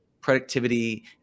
productivity